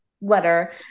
letter